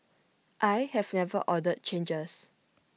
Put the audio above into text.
I have never ordered changes